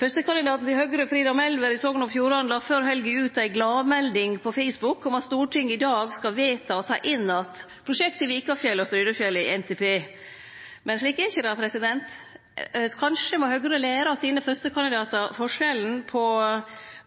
Førstekandidaten til Høgre i Sogn og Fjordane, Frida Melvær, la før helga ut ei gladmelding på Facebook om at Stortinget i dag skal vedta å ta inn att prosjekta på Vikafjell og Strynefjellet i NTP. Men slik er det ikkje. Kanskje må Høgre lære sine førstekandidatar forskjellen på